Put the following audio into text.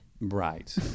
right